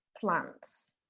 plants